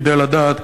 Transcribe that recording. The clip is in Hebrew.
כדאי לדעת,